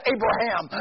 Abraham